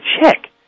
check